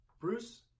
Bruce